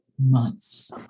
months